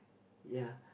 ya